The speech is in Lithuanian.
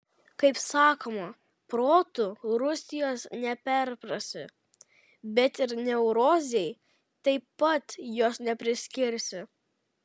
kaip sakoma protu rusijos neperprasi bet ir neurozei taip pat jos nepriskirsi